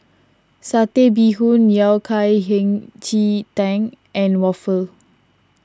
Satay Bee Hoon Yao Cai Hei Ji Tang and Waffle